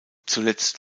zuletzt